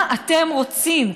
מה אתם רוצים?